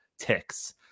ticks